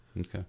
Okay